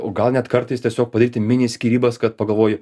o gal net kartais tiesiog padaryti mini skyrybas kad pagalvoji